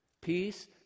Peace